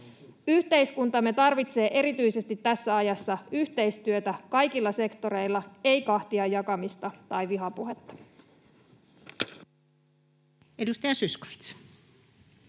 Yhteiskuntamme tarvitsee erityisesti tässä ajassa yhteistyötä kaikilla sektoreilla, ei kahtia jakamista tai vihapuhetta.